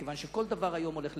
מכיוון שהיום כל דבר הולך לבג"ץ,